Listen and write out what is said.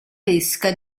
pesca